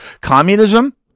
Communism